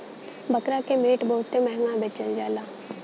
बकरा के मीट बहुते महंगा बेचल जाला